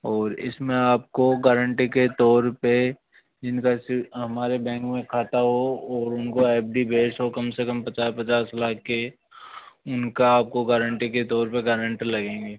और इसमें आपको गारंटी के तौर पे जिनका इस हमारे बैंक में खाता हो और उनको एफ डी बेस हो कम से कम पचास पचास लाख की उनका आपको गारंटी के तौर पे गेरेंटर लगेंगे